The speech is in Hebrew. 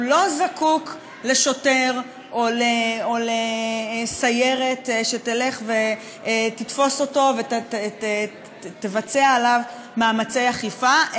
הוא לא זקוק לשוטר או לסיירת שתתפוס אותו ותבצע עליו מאמצי אכיפה,